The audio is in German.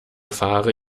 fahre